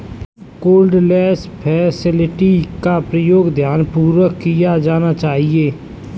cardless facility का उपयोग ध्यानपूर्वक किया जाना चाहिए